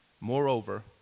Moreover